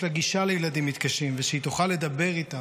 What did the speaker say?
יש לה גישה לילדים מתקשים ושהיא תוכל לדבר איתם,